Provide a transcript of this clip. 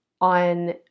on